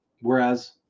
whereas